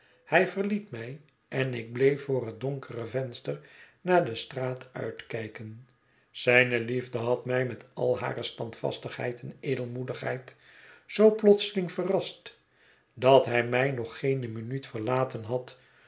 hij verliet mij en ik bleef voor het donkere venster naar de straat uitkijken zijne liefde had mij met al hare standvastigheid en edelmoedigheid zoo plotseling verrast dat hij mij nog geene minuut verlaten had